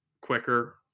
quicker